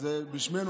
אז בשמנו,